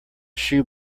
shoe